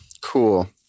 Cool